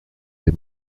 dem